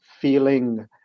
feeling